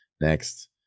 next